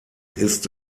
ist